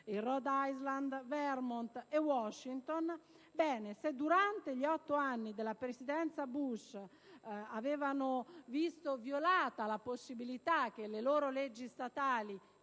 il Rhode Island, il Vermont e Washington - che durante gli otto anni della Presidenza Bush avevano visto violata la possibilità che le loro leggi statali